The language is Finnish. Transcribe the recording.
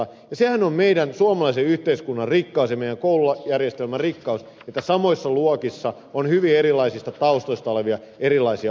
ja sehän on meidän suomalaisen yhteiskunnan rikkaus ja meidän koulujärjestelmämme rikkaus että samoissa luokissa on hyvin erilaisista taustoista olevia erilaisia oppilaita